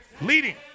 leading